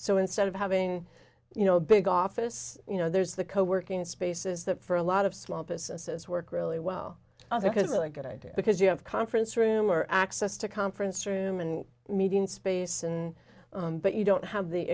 so instead of having you know a big office you know there's the co working spaces that for a lot of small businesses work really well i think is a good idea because you have conference room or access to conference room and meeting space and but you don't have the